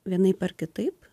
vienaip ar kitaip